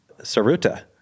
Saruta